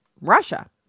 Russia